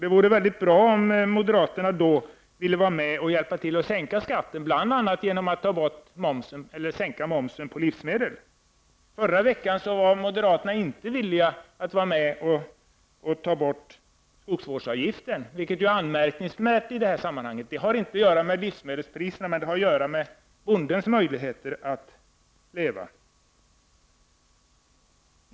Det vore bra om moderaterna då ville hjälpa till och sänka skatten, bl.a. genom att sänka momsen på livsmedel. Förra veckan var moderaterna inte villiga att vara med och ta bort skogsvårdsavgiften, vilket är anmärkningsvärt i det här sammanhanget. Det har inte att göra med livsmedelspriserna, men det har att göra med bondens möjligheter att leva.